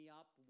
up